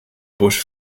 bush